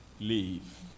leave